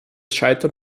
scheitern